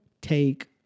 take